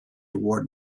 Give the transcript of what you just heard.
award